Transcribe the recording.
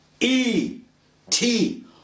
E-T